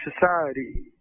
society